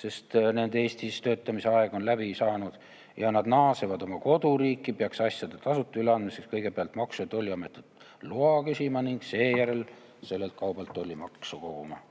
sest nende Eestis töötamise aeg on läbi saanud ja nad naasevad oma koduriiki, siis peaks asjade tasuta üleandmiseks kõigepealt Maksu- ja Tolliametit loa küsima ning seejärel sellelt kaubalt tollimaksu koguma.